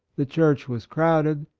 the church was crowded,